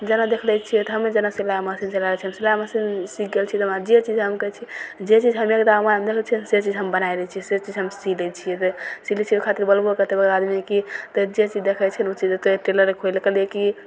जेना देख लै छियै तऽ हमे जेना सिलाइ मशीन जेकरा छनि सिलाइ मशीन सीख गेल छी तऽ हमरा जे चीज हइ हम कहय छी जे चीज हमे एकदा मोबाइलमे देख लै छियै से चीज हम बनाय लै छियै से चीज हम सी दै छियै सी लै छियै ओइ खातिर बोलबो कते गौड़ा आदमी कि तऽ जे चीज देखय छियै ने उ चीज चाहे टेलरे खोलिकऽ कहलियै कि